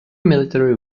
military